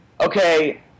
okay